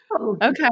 Okay